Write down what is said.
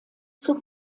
zur